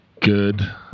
Good